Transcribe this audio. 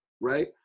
right